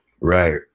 Right